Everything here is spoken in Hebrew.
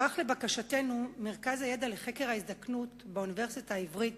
ערך לבקשתנו מרכז הידע לחקר ההזדקנות באוניברסיטה העברית